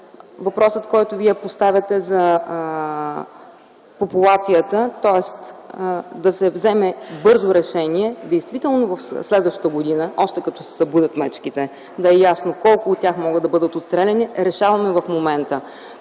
Въпросът, който Вие поставяте за популацията, тоест да се вземе бързо решение, действително през следващата година, още когато се събудят мечките, да е ясно колко от тях могат да бъдат отстреляни, решаваме в момента.